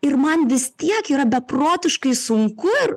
ir man vis tiek yra beprotiškai sunku